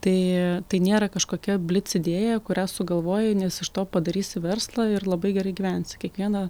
tai tai nėra kažkokia blic idėja kurią sugalvojai nes iš to padarysi verslą ir labai gerai gyvensi kiekviena